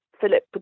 Philip